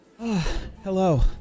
Hello